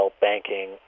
banking